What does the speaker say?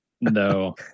no